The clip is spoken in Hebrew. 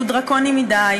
שהוא דרקוני מדי,